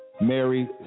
Mary